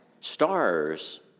Stars